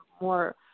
more